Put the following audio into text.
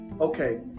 okay